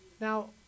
Now